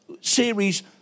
series